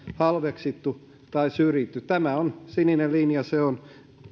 halveksittu tai syrjitty tämä on sininen linja se on